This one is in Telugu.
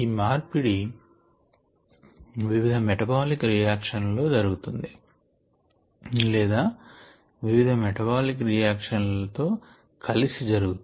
ఈ మార్పిడి వివిధ మెటబాలిక్ రియాక్షన్ లలో జరుగును లేదా వివిధ మెటబాలిక్ రియాక్షన్ ల తో కలిసి జరుగును